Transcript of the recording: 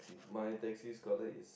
my taxi color is